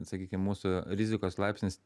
sakykim mūsų rizikos laipsnis